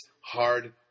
hard